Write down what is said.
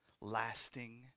lasting